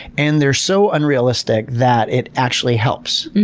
and they're so unrealistic that it actually helps.